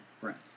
friends